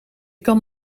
kan